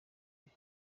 kure